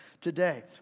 today